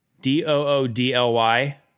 D-O-O-D-L-Y